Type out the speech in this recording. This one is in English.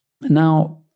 now